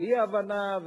או אי-הבנה,